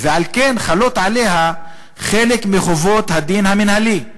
ועל כן חלות עליה חלק מחובות הדין המינהלי.